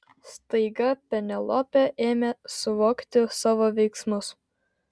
staiga penelopė ėmė suvokti savo veiksmus